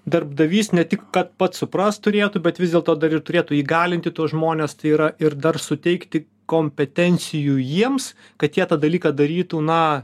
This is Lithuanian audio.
darbdavys ne tik kad pats suprast turėtų bet vis dėlto dar ir turėtų įgalinti tuos žmones tai yra ir dar suteikti kompetencijų jiems kad jie tą dalyką darytų na